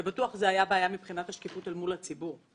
בטוח זה היה בעיה מבחינת השקיפות אל מול הציבור.